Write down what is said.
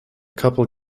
couple